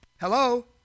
Hello